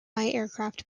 aircraft